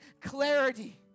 clarity